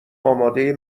اماده